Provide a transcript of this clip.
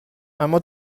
اما